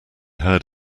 heard